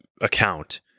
account